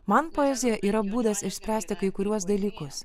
man poezija yra būdas išspręsti kai kuriuos dalykus